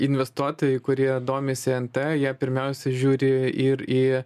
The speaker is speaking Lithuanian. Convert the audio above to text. investuotojai kurie domisi nt jie pirmiausiai žiūri ir į